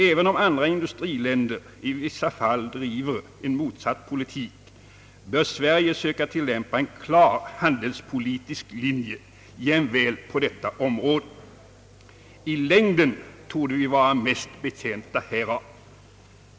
Även om andra industriländer i vissa fall driver en motsatt politik, bör Sverige söka tillämpa en klar handelspolitisk linje jämväl på detta område. I längden torde vi vara mest betjänta härav.